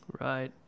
Right